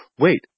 Wait